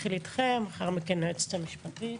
אתחיל איתכם; לאחר מכן היועצת המשפטית.